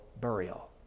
burial